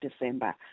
December